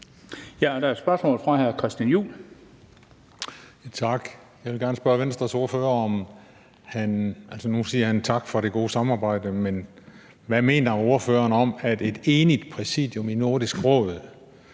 hvad ordføreren mener om, at et enigt præsidium i Nordisk Råd